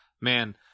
man